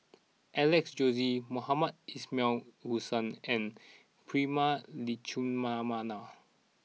Alex Josey Mohamed Ismail Hussain and Prema Letchumanan